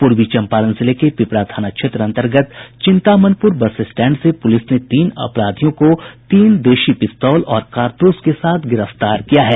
पूर्वी चंपारण जिले के पीपरा थाना क्षेत्र अंतर्गत चिंतामनपुर बस स्टैंड से पुलिस ने तीन अपराधियों को तीन देशी पिस्तौल और कारतूस के साथ गिरफ्तार किया है